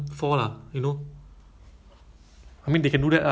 because of the apa seating arrangement